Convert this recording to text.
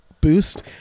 boost